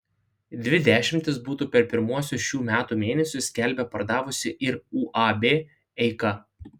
dvi dešimtis butų per pirmuosius šių metų mėnesius skelbia pardavusi ir uab eika